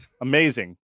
Amazing